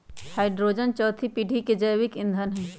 hydrogen चउथी पीढ़ी के जैविक ईंधन हई